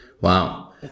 Wow